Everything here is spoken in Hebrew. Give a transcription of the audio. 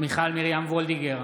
מיכל מרים וולדיגר,